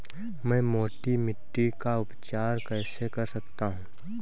मैं मोटी मिट्टी का उपचार कैसे कर सकता हूँ?